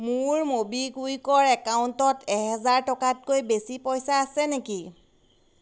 মোৰ ম'বিকুইকৰ একাউণ্টত এহেজাৰ টকাতকৈ বেছি পইচা আছে নেকি